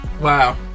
Wow